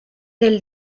del